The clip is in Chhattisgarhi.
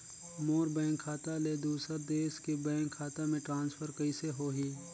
मोर बैंक खाता ले दुसर देश के बैंक खाता मे ट्रांसफर कइसे होही?